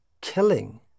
killing